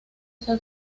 ser